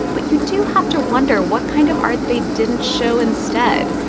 but you do have to wonder what kind of art they didn't show instead,